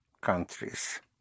countries